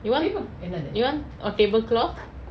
you want you want a tablecloth